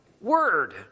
word